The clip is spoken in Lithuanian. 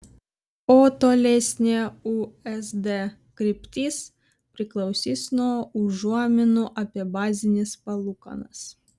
o tolesnė usd kryptis priklausys nuo užuominų apie bazines palūkanas